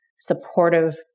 supportive